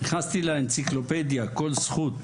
נכנסתי לאנציקלופדיה כל זכות,